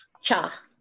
Cha